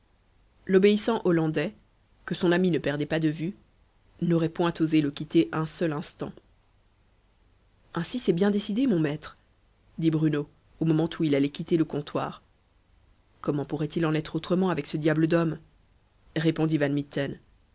l'obéissant hollandais que son ami ne perdait pas de vue n'aurait point osé le quitter un seul instant ainsi c'est bien décidé mon maître dit bruno au moment où il allait quitter le comptoir comment pourrait-il en être autrement avec ce diable d'homme répondit van mitten